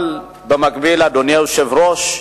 אבל במקביל, אדוני היושב-ראש,